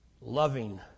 loving